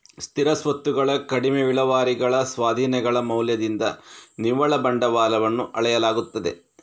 ಸ್ಥಿರ ಸ್ವತ್ತುಗಳ ಕಡಿಮೆ ವಿಲೇವಾರಿಗಳ ಸ್ವಾಧೀನಗಳ ಮೌಲ್ಯದಿಂದ ನಿವ್ವಳ ಬಂಡವಾಳವನ್ನು ಅಳೆಯಲಾಗುತ್ತದೆ